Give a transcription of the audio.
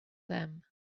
them